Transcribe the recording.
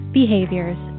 behaviors